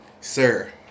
sir